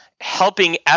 helping